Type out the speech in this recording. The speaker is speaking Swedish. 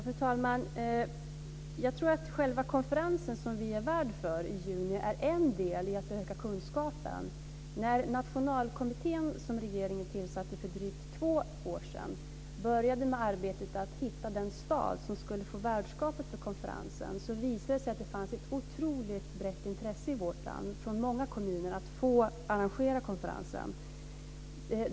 Fru talman! Jag tror att själva konferensen som vi är värd för i juni är en del i att öka kunskapen. När Nationalkommittén, som regeringen tillsatte för drygt två år sedan, började med arbetet med att hitta den stad som skulle få värdskapet för konferensen visade det sig att det fanns ett otroligt brett intresse i vårt land från många kommuner av att få arrangera konferensen.